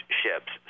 ships